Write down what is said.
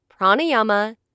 pranayama